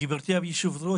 גברתי היושבת-ראש,